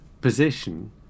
position